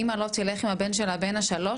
אימא לא תלך עם הבן שלה בן ה-3?